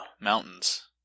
mountains